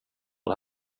det